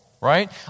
right